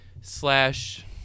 slash